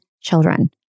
children